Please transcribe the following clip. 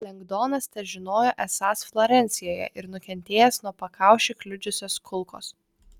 lengdonas težinojo esąs florencijoje ir nukentėjęs nuo pakaušį kliudžiusios kulkos